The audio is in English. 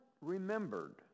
remembered